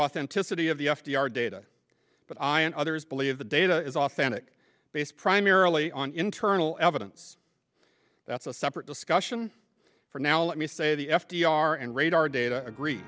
authenticity of the f d r data but i and others believe the data is authentic based primarily on internal evidence that's a separate discussion for now let me say the f d r and radar data agree